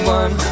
one